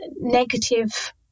negative